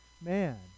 man